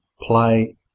play